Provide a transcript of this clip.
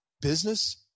Business